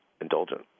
indulgent